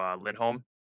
Lindholm